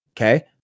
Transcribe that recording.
Okay